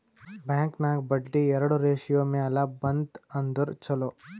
bank ನಾಗ್ ಬಡ್ಡಿ ಎರಡು ratio ಮ್ಯಾಲ ಬಂತ್ ಅಂದುರ್ ಛಲೋ